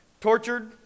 Tortured